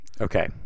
Okay